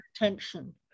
attention